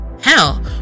hell